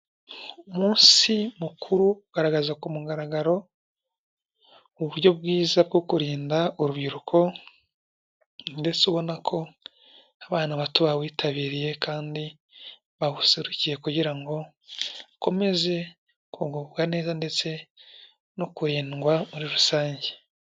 Umunsi mukuru ugaragaza ku mugaragaro uburyo bwiza bwo kurinda urubyiruko ndetse ubona ko abana bato bawitabiriye kandi bawuserukiye kugira ngo bakomeze kugubwa neza ndetse no kurindwa muri rusange.